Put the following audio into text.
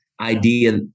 idea